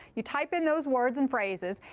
you type in those words and phrases.